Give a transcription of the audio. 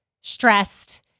stressed